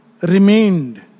remained